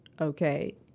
Okay